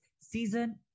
Season